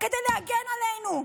כדי להגן עלינו.